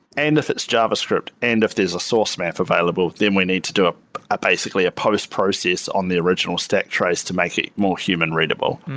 and if it's a javascript, and if there's a source map available, then we need to do ah ah basically a post process on the original stack trace to make it more human readable.